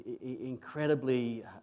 incredibly